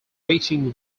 reaching